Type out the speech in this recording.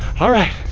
alright,